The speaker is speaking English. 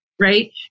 right